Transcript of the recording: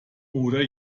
oder